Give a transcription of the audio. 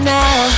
now